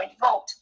vote